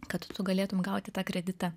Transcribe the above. kad tu galėtum gauti tą kreditą